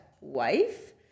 wife